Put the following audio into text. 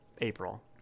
april